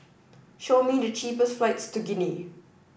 show me the cheapest flights to Guinea